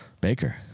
Baker